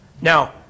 Now